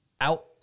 out